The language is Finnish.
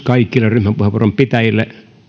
kaikille ryhmäpuheenvuoron pitäjille